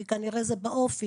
כי זה כנראה באופי,